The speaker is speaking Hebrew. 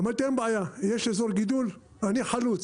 אמרתי להם אין בעיה, יש אזור גידול, אני חלוץ,